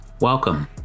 welcome